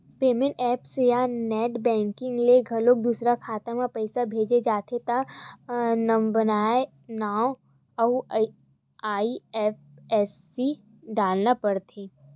payment apps या net banking ले घलो दूसर खाता म पइसा भेजना होथे त नंबरए नांव अउ आई.एफ.एस.सी डारना परथे